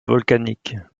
volcanique